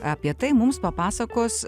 apie tai mums papasakos